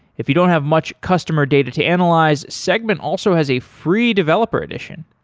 if you don't have much customer data to analyze, segment also has a free developer edition,